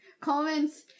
Comments